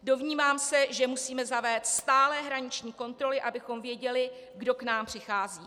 Domnívám se, že musíme zavést stálé hraniční kontroly, abychom věděli, kdo k nám přichází.